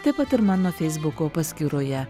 taip pat ir mano feisbuko paskyroje